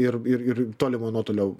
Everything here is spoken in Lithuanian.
ir ir ir tolimo nuotolio